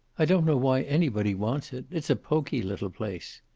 i don't know why anybody wants it. it's a poky little place.